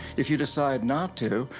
if you decide not to,